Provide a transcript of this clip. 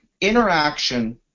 interaction